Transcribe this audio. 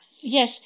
Yes